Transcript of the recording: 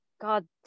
god